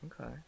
okay